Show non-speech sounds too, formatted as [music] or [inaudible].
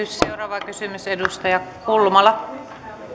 [unintelligible] seuraava kysymys edustaja kulmala